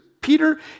Peter